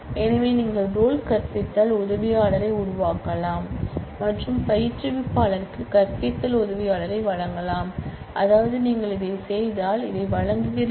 எனவே நீங்கள் ரோல் கற்பித்தல் உதவியாளரை உருவாக்கலாம் மற்றும் பயிற்றுவிப்பாளருக்கு கற்பித்தல் உதவியாளரை வழங்கலாம் அதாவது நீங்கள் இதைச் செய்தால் இதை வழங்குகிறீர்கள்